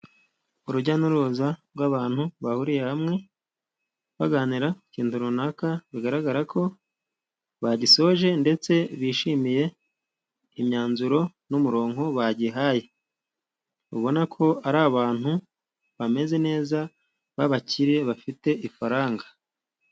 Urujya n'uruza rw'abantu bahuriye hamwe baganira ku kintu runaka bigaragara ko bagisoje ndetse bishimiye imyanzuro n'umurongo bagihaye. Ubona ko ari abantu bameze neza b'abakire bafite amafaranga.